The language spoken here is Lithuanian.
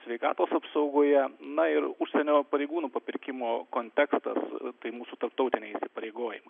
sveikatos apsaugoje na ir užsienio pareigūnų papirkimo kontekstas tai mūsų tarptautiniai įsipareigojimai